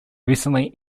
recently